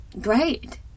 great